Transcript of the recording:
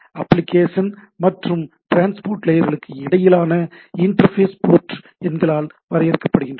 application மற்றும் transport லேயர்களுக்கு இடையிலான இன்டர்ஃபேஸ் போர்ட் எண்களால் வரையறுக்கப்படுகிறது